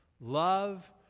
love